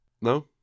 No